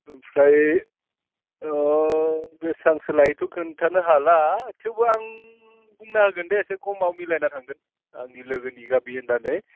ओमफ्राय बेसाबांसो लायो आंथ' खोन्थानो हाला थेवबो आं बुंना होगोन दे एसे खमाव मिलायना थांगोन आंनि लोगोनि गामि होन्नानै